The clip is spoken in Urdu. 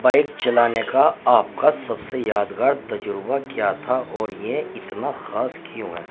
بائک چلانے کا آپ کا سب سے یادگار تجربہ کیا تھا اور یہ اتنا خاص کیوں ہے